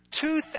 two